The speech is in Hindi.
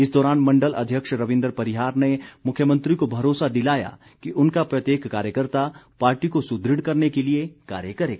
इस दौरान मण्डल अध्यक्ष रविन्द्र परिहार ने मुख्यमंत्री को भरोसा दिलाया कि उनका प्रत्येक कार्यकर्ता पार्टी को सुदृढ़ करने के लिए कार्य करेगा